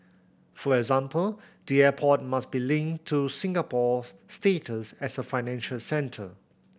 for example the airport must be linked to Singapore's status as a financial centre